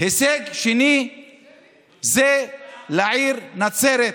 הישג שני זה לעיר נצרת.